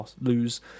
lose